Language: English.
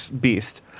beast